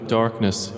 darkness